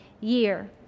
year